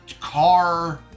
car